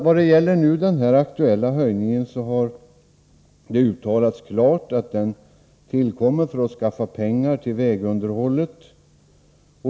Vad beträffar den nu aktuella höjningen har det klart uttalats att den tillkommer för att man skall skaffa pengar till vägunderhållet.